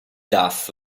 daf